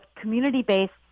community-based